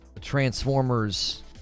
Transformers